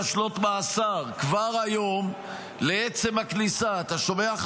שנות מאסר כבר היום לעצם הכניסה אתה שומע,